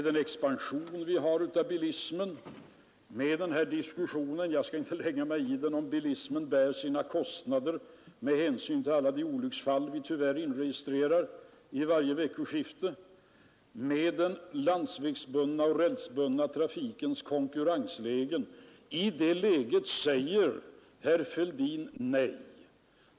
Det pågår en diskussion — jag skall inte lägga mig i den — huruvida bilismen bär sina kostnader med hänsyn till alla de olycksfall vi tyvärr inregistrerar vid varje veckoskifte, och det pågår en diskussion om den landsvägsbundna och den rälsbundna trafikens konkurrensförhållanden. I det läget har herr Fälldin sagt nej till skattehöjning på bensin.